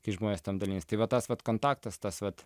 kai žmonės ten dalinasi tai va tas vat kontaktas tas vat